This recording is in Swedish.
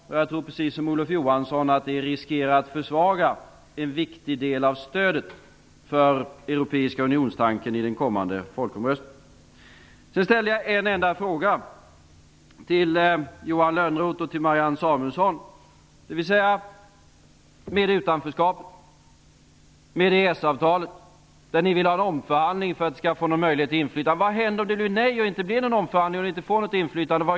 Jag tror precis som Olof Johansson att detta riskerar att försvaga en viktig del av stödet för europeiska unionstanken i den kommande folkomröstningen. Jag ställde en enda fråga till Johan Lönnroth och till Marianne Samuelsson om utanförskapet och EES avtalet, där ni vill ha en omförhandling för att ni skall få möjlighet till inflytande. Vad gör ni om det blir nej, om det inte blir någon omförhandling och ni inte får något inflytande?